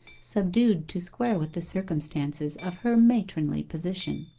subdued to square with the circumstances of her matronly position.